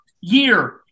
year